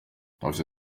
afite